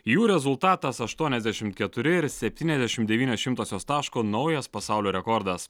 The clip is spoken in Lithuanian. jų rezultatas aštuoniasdešim keturi ir septyniasdešim devynios šimtosios taško naujas pasaulio rekordas